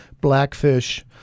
blackfish